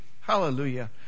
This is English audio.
Hallelujah